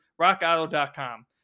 rockauto.com